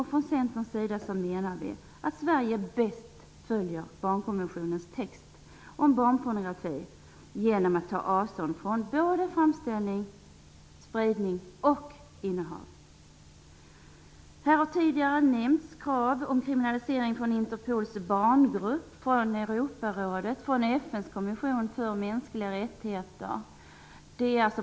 Från Centerns sida menar vi att Sverige bäst följer barnkonventionens text om barnpornografi genom att ta avstånd från framställning, innehav och spridning av barnpornografi. Det har tidigare nämnts att Interpols barngrupp har kommit med krav på kriminalisering. Krav har också kommit från Europarådet och FN:s konvention för mänskliga rättigheter.